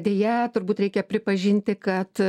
deja turbūt reikia pripažinti kad